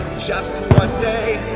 just one day,